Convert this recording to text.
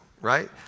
right